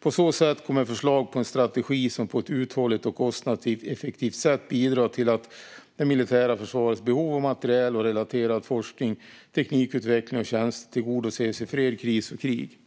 På så sätt kommer förslag på en strategi som på ett uthålligt och kostnadseffektivt sätt bidrar till att det militära försvarets behov av materiel och relaterad forskning, teknikutveckling och tjänster tillgodoses i fred, kris och krig.